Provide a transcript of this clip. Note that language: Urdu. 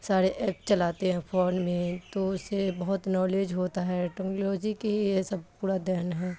سارے ایپ چلاتے ہیں فون میں تو اس سے بہت نالج ہوتا ہے ٹیکنالوجی کی ہی یہ سب پورا دین ہے